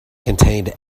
contained